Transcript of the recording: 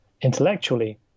intellectually